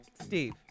Steve